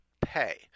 pay